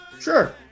Sure